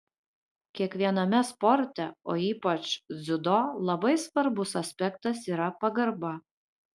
kiekviename sporte o ypač dziudo labai svarbus aspektas yra pagarba